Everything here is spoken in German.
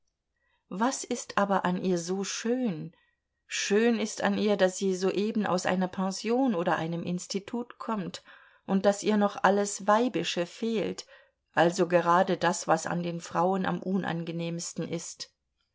was ist aber an ihr so schön schön ist an ihr daß sie soeben aus einer pension oder einem institut kommt und daß ihr noch alles weibische fehlt also gerade das was an den frauen am unangenehmsten ist